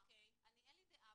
אין לי דעה,